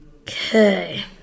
Okay